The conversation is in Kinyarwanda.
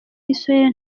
igiswahili